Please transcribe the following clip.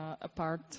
apart